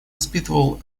испытывал